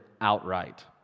outright